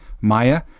Maya